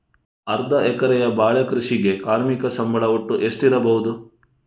ಅರ್ಧ ಎಕರೆಯ ಬಾಳೆ ಕೃಷಿಗೆ ಕಾರ್ಮಿಕ ಸಂಬಳ ಒಟ್ಟು ಎಷ್ಟಿರಬಹುದು?